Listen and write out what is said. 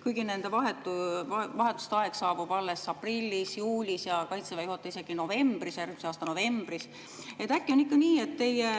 kuigi nende vahetuste aeg saabub alles aprillis, juulis ja Kaitseväe juhatajal isegi alles järgmise aasta novembris. Äkki on ikka nii, et teie